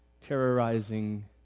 terrorizing